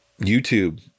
YouTube